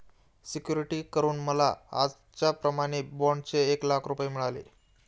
security करून मला आजच्याप्रमाणे बाँडचे एक लाख रुपये मिळाले